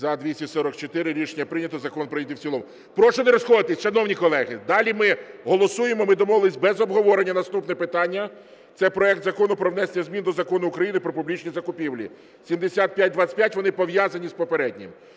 За-244 Рішення прийнято. Закон прийнятий в цілому. Прошу не розходитись, шановні колеги. Далі ми голосуємо, ми домовились, без обговорення наступне питання. Це проект Закону про внесення змін до Закону України "Про публічні закупівлі" (7525). Вони пов'язані з попереднім.